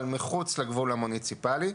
אבל מחוץ לתחום המוניציפלי,